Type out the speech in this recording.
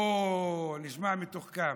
"פרסונלי", אוה, נשמע מתוחכם.